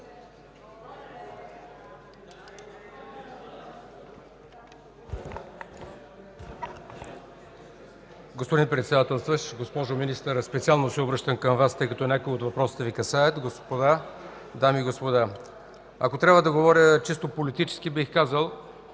Господин Председателстващ! Госпожо Министър, специално се обръщам към Вас, тъй като някои от въпросите Ви касаят. Дами и господа! Ако трябва да говоря чисто политически, бих казал,